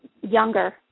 younger